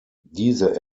diese